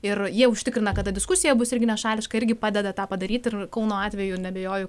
ir jie užtikrina kad ta diskusija bus irgi nešališka irgi padeda tą padaryti ir kauno atveju neabejoju